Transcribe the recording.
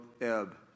ebb